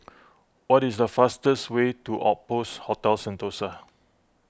what is the fastest way to Outpost Hotel Sentosa